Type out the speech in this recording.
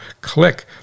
click